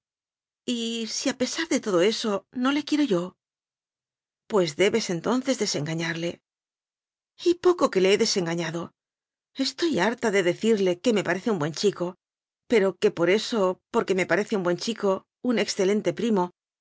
delirio y si a pesar de todo eso no le quiero yo pues debes entonces desengañarle y poco que le he desengañado estoy harta de decirle que me parece un buen chico pero que por eso porque me parece un buen chico un excelente primoy